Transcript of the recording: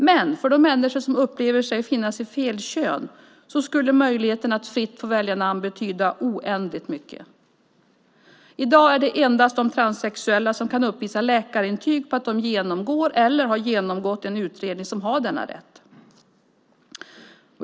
Men för de människor som upplever sig finnas i fel kön skulle möjligheten att fritt få välja namn betyda oändligt mycket. I dag är det endast de transsexuella som kan uppvisa läkarintyg på att de genomgår eller har genomgått en utredning som har denna rätt.